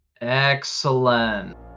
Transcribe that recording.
Excellent